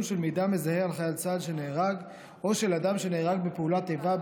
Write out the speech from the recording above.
של מידע מזהה על חייל צה"ל שנהרג או של אדם שנהרג בפעולת איבה,